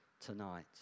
tonight